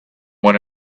went